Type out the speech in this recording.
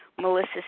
Melissa